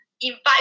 Invite